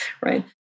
right